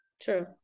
true